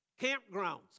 Campgrounds